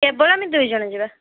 କେବଳ ଆମେ ଦୁଇଜଣ ଯିବା